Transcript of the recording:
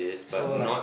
so like